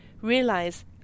realize